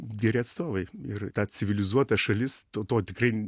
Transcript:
geri atstovai ir civilizuota šalis to to tikrai